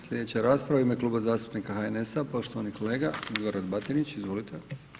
Sljedeća rasprava u ime Kluba zastupnika HNS-a poštovani kolega Milorad Batinić, izvolite.